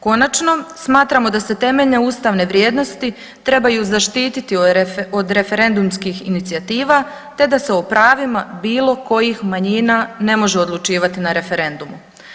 Konačno, smatramo da se temeljne ustavne vrijednosti trebaju zaštititi od referendumskih inicijativa, te da se o pravima bilo kojih manjina ne može odlučivati na referendumu.